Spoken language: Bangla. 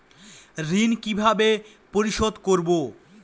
ঋণ কিভাবে পরিশোধ করব?